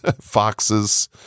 foxes